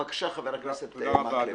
בבקשה, חבר הכנסת מקלב.